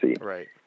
Right